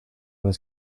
was